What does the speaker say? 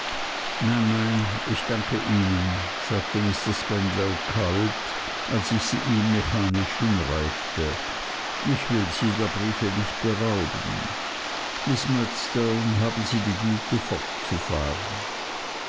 nein nein ich danke ihnen sagte mr spenlow kalt als ich sie ihm mechanisch hinreichte ich will sie der briefe nicht berauben miß murdstone haben sie die güte fortzufahren